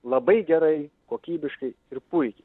labai gerai kokybiškai ir puikiai